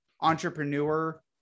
entrepreneur